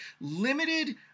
limited